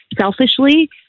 Selfishly